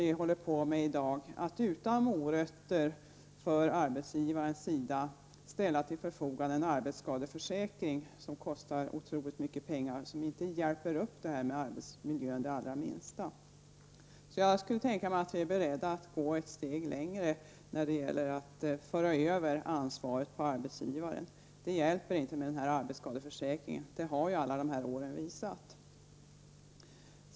Vi har i dag fel system. Utan morötter för arbetsgivaren ställer vi en arbetsskadeförsäkring till förfogande, en försäkring som kostar otroligt mycket pengar och inte hjälper upp situationen i fråga om arbetsmiljön det allra minsta. Jag skulle tänka mig att vi är beredda att gå ett steg längre när det gäller att föra över ansvaret på arbetsgivaren. Det hjälper inte med arbetsskadeförsäkringen, det har alla dessa år visat.